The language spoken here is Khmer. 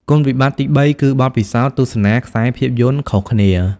គុណវិបត្តិទីបីគឺ បទពិសោធន៍ទស្សនាខ្សែភាពយន្តខុសគ្នា។